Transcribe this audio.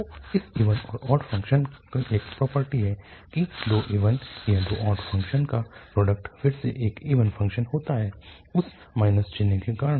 तो इस इवन और ऑड फ़ंक्शन का एक प्रॉपर्टी है कि दो इवन या दो ऑड फ़ंक्शन्स का प्रोडक्ट फिर से एक इवन फ़ंक्शन होता है उस चिन्ह के कारण